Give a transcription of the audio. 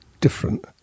different